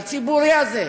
הציבורי הזה,